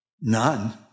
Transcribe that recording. None